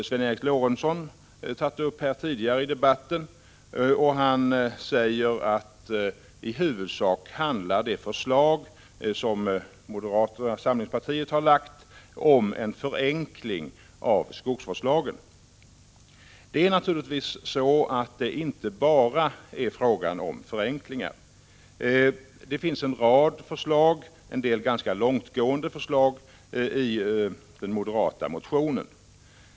Sven Eric Lorentzon har berört den tidigare i debatten, och han sade att det förslag som moderata samlingspartiet har lagt fram i huvudsak handlar om en förenkling av skogsvårdslagen. Men det är inte bara fråga om förenklingar. Det finns en rad förslag, varav en del är ganska långtgående, i den moderata motionen.